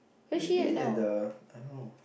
basically in the I don't know